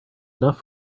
enough